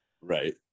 Right